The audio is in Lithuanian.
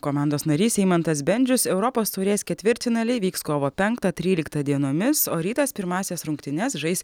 komandos narys eimantas bendžius europos taurės ketvirtfinaliai vyks kovo penktą tryliktą dienomis o rytas pirmąsias rungtynes žais